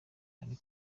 ari